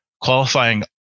qualifying